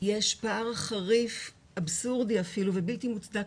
יש פער חריף ואבסורדי אפילו ובלתי מוצדק